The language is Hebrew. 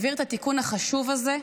הוא העביר את התיקון החשוב הזה.